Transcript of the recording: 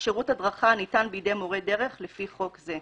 שירות הדרכה הניתן בידי מורה דרך לפי חוק זה.